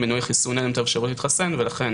למנועי חיסון אין את האפשרות להתחסן ולכן